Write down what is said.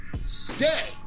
stay